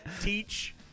Teach